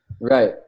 right